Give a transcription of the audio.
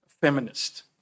feminist